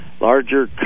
larger